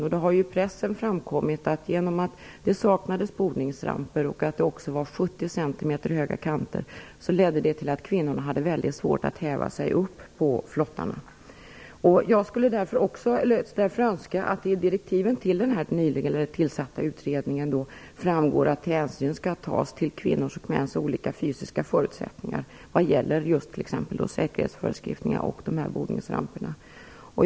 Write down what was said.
I pressen har det framkommit att kvinnorna hade mycket svårt att häva sig upp på flottarna, eftersom det saknades bordningsramper och kanterna var 70 centimeter höga. Jag skulle därför också önska att det i direktiven till den här nyligen tillsatta utredningen framgår att hänsyn skall tas till kvinnors och mäns olika fysiska förutsättningar när det gäller t.ex. säkerhetsföreskrifter och bordningsramper.